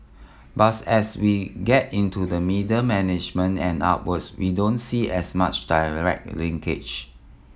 as we get into the middle management and upwards we don't see as much direct linkage